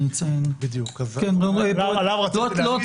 גם עליו רציתי לדבר.